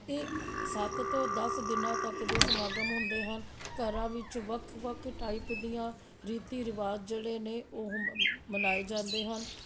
ਇਹ ਸੱਤ ਤੋਂ ਦਸ ਦਿਨਾਂ ਤੱਕ ਦੇ ਸਮਾਗਮ ਹੁੰਦੇ ਹਨ ਘਰਾਂ ਵਿੱਚ ਵੱਖ ਵੱਖ ਟਾਈਪ ਦੀਆਂ ਰੀਤੀ ਰਿਵਾਜ ਜਿਹੜੇ ਨੇ ਉਹ ਮ ਮਨਾਏ ਜਾਂਦੇ ਹਨ